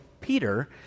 Peter